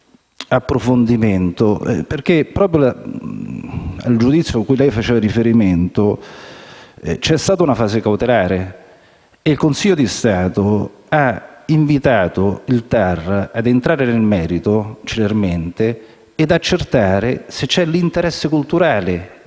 approfondimento, perché proprio nel giudizio a cui lei faceva riferimento c'è stata una fase cautelare e il Consiglio di Stato ha invitato il TAR a entrare nel merito celermente e ad accertare se ci sia l'interesse culturale